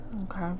okay